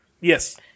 Yes